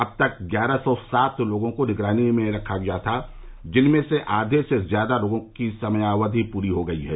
अब तक ग्यारह सौ सात लोगों को निगरानी में रखा गया था जिनमें से आधे से ज्यादा लोगों की समयावधि पूरी हो गयी है